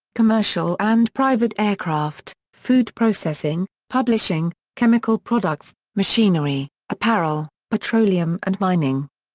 commercial and private aircraft, food processing, publishing, chemical products, machinery, apparel, petroleum and mining.